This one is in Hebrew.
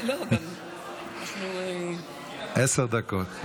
עשר דקות.